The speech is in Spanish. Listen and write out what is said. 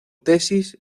tesis